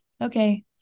okay